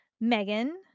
Megan